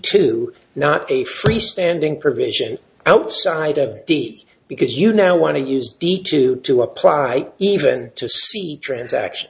to not a freestanding provision outside of d c because you now want to use d to to apply even to the transaction